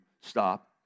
stop